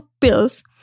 pills